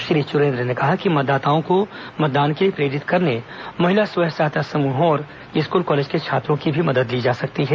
श्री चुरेन्द्र ने कहा कि मतदाताओं को मतदान के लिए प्रेरित करने महिला स्व सहायता समूहों और स्कूल कॉलेज के छात्रों की भी मदद ली जा सकती है